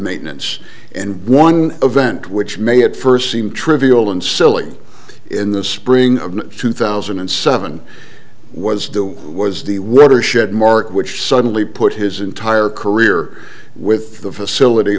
maintenance and one event which may at first seem trivial and silly in the spring of two thousand and seven was the was the winter shed mark which suddenly put his entire career with the facility